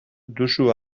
duzu